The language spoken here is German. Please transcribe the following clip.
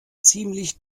ziemlich